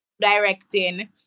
directing